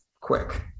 quick